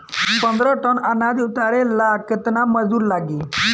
पन्द्रह टन अनाज उतारे ला केतना मजदूर लागी?